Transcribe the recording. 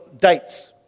dates